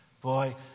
Boy